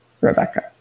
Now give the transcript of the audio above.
Rebecca